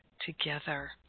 together